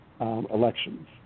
elections